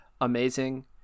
amazing